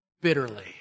bitterly